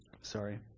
sorry